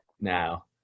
now